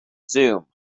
zoom